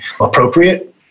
appropriate